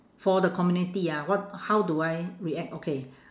for the community ah what how do I react okay